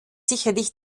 sicherlich